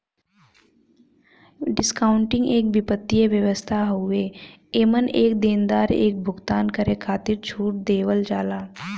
discounting एक वित्तीय व्यवस्था हउवे एमन एक देनदार एक भुगतान करे खातिर छूट देवल जाला